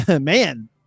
man